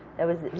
that was